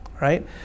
right